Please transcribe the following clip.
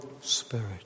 Spirit